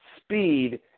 speed